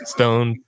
Stone